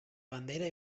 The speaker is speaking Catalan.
bandera